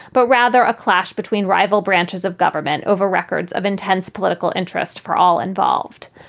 but rather a clash between rival branches of government over records of intense political interest for all involved.